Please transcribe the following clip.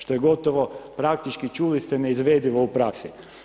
Što je gotovo, praktički, čuli ste neizvedivo u praksi.